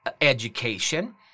education